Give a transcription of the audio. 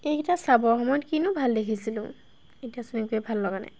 এইকেইটা চাবৰ সময়ত কিনো ভাল দেখিছিলোঁ এতিয়াচোন একোৱে ভাল লগা নাই